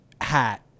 hat